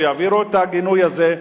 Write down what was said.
שיעבירו את הגינוי הזה,